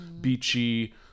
beachy